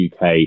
UK